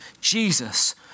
Jesus